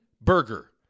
burger